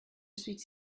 suis